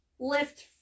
lift